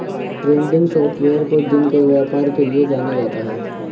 trending software को दिन के व्यापार के लिये जाना जाता है